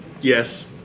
yes